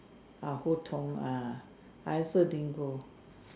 ah who Tong ah I also didn't go